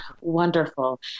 wonderful